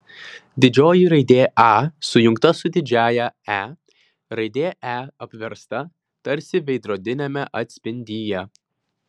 didžioji raidė a sujungta su didžiąja e raidė e apversta tarsi veidrodiniame atspindyje